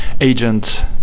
agent